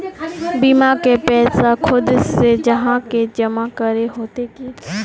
बीमा के पैसा खुद से जाहा के जमा करे होते की?